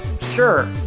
sure